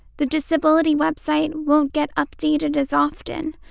the disability website won't get updated as often.